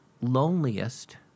loneliest